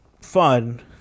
fun